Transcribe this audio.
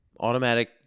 Automatic